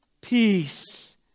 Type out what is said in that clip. peace